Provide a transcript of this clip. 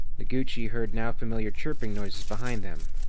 noguchi heard now familiar chirping noises behind them,